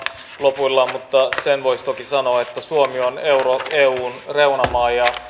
lopuillaan mutta sen voisi toki sanoa että suomi on eun reunamaa